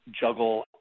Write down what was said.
juggle